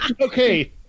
Okay